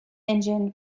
engine